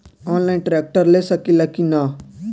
Online tractor ले सकीला कि न?